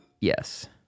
Yes